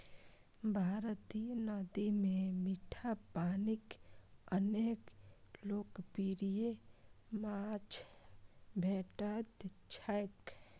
भारतीय नदी मे मीठा पानिक अनेक लोकप्रिय माछ भेटैत छैक